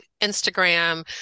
Instagram